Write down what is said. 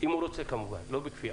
אם הוא רוצה, לא בכפייה.